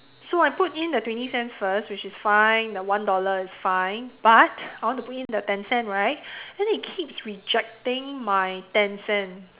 so I put in the twenty cents first which is fine the one dollar is fine but I want to put in the ten cents right then it keeps rejecting my ten cent